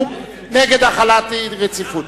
הוא נגד החלת דין רציפות.